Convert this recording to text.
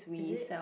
is it